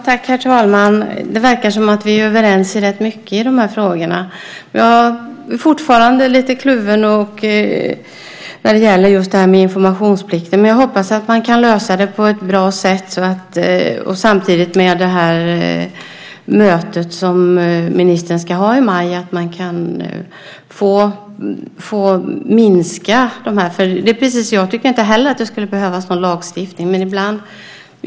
Herr talman! Det verkar som om vi är överens om rätt mycket i de här frågorna. Men jag är fortfarande lite kluven när det gäller detta med informationsplikten. Jag hoppas att man kan lösa det på ett bra sätt. Jag tycker inte heller att det skulle behövas någon lagstiftning.